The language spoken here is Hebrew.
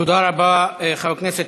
תודה רבה, חבר הכנסת